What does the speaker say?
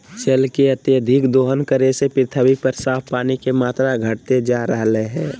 जल के अत्यधिक दोहन करे से पृथ्वी पर साफ पानी के मात्रा घटते जा रहलय हें